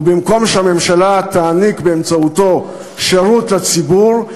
ובמקום שהממשלה תעניק באמצעותו שירות לציבור,